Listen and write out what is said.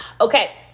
okay